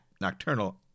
nocturnal